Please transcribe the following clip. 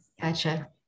Gotcha